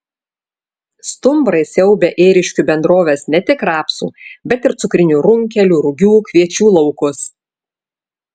stumbrai siaubia ėriškių bendrovės ne tik rapsų bet ir cukrinių runkelių rugių kviečių laukus